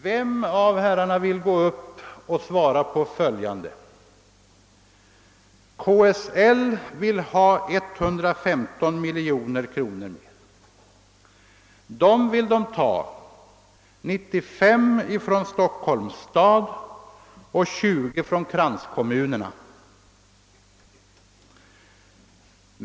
Vem av herrarna vill gå upp och svara på följande fråga? KSL vill ha 115 miljoner kronor ytterligare varav 95 miljoner från Stockholms stad och 20 miljoner från kranskommunerna.